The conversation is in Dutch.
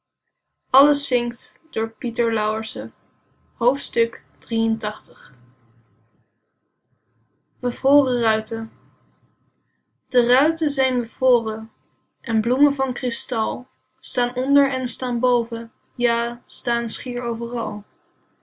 bevroren ruiten de ruiten zijn bevroren en bloemen van kristal staan onder en staan boven ja staan schier overal